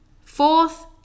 Fourth